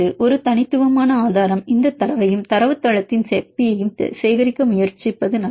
ஒரு தனித்துவமான ஆதாரம் இந்தத் தரவையும் தரவுத்தளத்தின் சக்தியையும் சேகரிக்க முயற்சிப்பது நல்லது